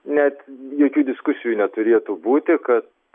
net jokių diskusijų neturėtų būti kad